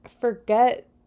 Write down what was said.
forget